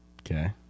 Okay